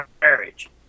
marriage